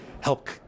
help